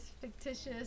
fictitious